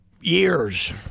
years